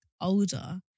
older